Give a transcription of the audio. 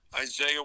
Isaiah